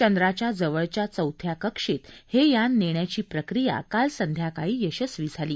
चंद्राच्या जवळच्या चौथ्या कक्षेत हे यान नेण्याची प्रक्रिया काल संध्याकाळी यशस्वी झाली